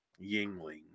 yingling